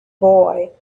boy